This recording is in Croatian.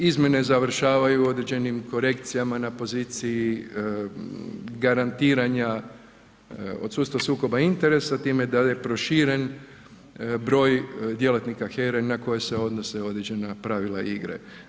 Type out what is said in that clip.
Izmjene završavaju određenim korekcijama na poziciji garantiranja od sustava sukoba interesa, time dalje proširen broj djelatnika HERA-e na koje se odnose određena pravila igre.